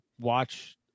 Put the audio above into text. watch